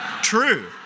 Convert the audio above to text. True